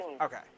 Okay